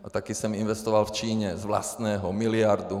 A taky jsem investoval v Číně z vlastního miliardu.